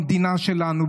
במדינה שלנו,